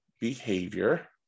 behavior